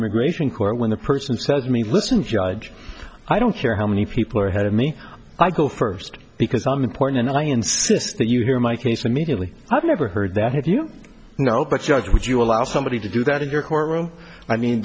immigration court when the person says me listen judge i don't care how many people are ahead of me i go first because i'm important and i insist that you hear my case immediately i've never heard that have you know would you allow somebody to do that in your courtroom i mean